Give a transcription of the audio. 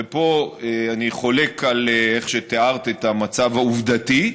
ופה אני חולק על איך שתיארת את המצב העובדתי,